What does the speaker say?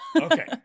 Okay